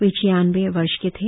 वे छियानबे वर्ष के थे